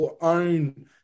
own